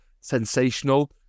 sensational